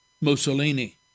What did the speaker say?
Mussolini